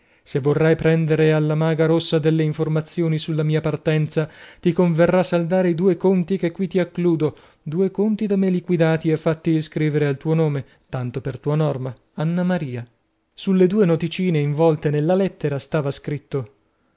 se vorrai prendere alla maga rossa delle informazioni sulla mia partenza ti converrà saldare i due conti che qui ti accludo due conti da me liquidati e fatti iscrivere al tuo nome tanto per tua norma anna maria sulle due noticine involte nella lettera stava scritto